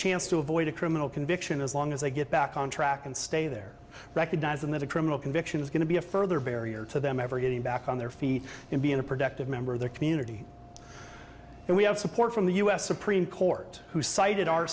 chance to avoid a criminal conviction as long as they get back on track and stay there recognizing that a criminal conviction is going to be a further barrier to them ever getting back on their feet and being a productive member of their community and we have support from the u s supreme court who cited our